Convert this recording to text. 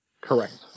Correct